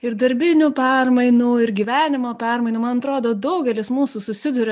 ir darbinių permainų ir gyvenimo permainų man atrodo daugelis mūsų susiduria